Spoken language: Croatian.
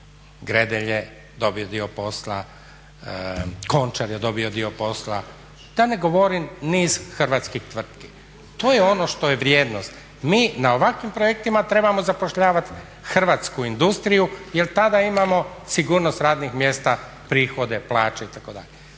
Gredelj je dobio dio posla, Končar je dobio dio posla, da ne govorim niz hrvatskih tvrtki. To je ono što je vrijednost. Mi na ovakvim projektima trebamo zapošljavati hrvatsku industriju, jer tada imamo sigurnost radnih mjesta, prihode, plaće itd.